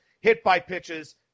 hit-by-pitches